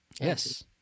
yes